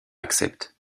accepte